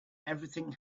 everything